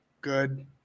good